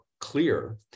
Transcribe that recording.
clear